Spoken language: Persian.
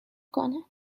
کنم